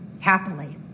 Happily